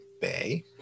bay